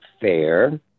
Fair